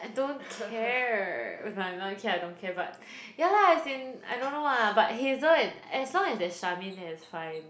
I don't care like I don't care I don't care but ya lah as in I don't know lah but Hazel and as long as that Charmaine is there it's fine